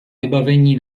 vybavení